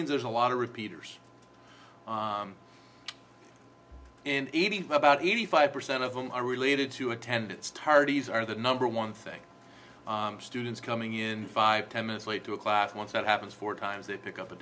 mean there's a lot of repeaters in eighty five about eighty five percent of them are related to attendance tardies are the number one thing students coming in five ten minutes late to a class once that happens four times they pick up a